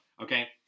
okay